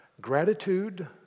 gratitude